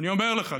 אני אומר לך,